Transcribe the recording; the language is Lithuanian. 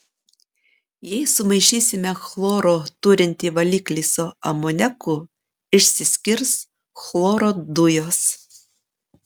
jei sumaišysime chloro turintį valiklį su amoniaku išsiskirs chloro dujos